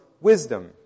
wisdom